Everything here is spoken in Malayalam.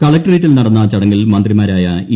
കളക്ടറേറ്റിൽ നടന്ന ചട്ടങ്ങിൽ മന്ത്രിമാരായ ഇ